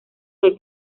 que